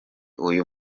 uyu